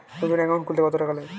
নতুন একাউন্ট খুলতে কত টাকা লাগে?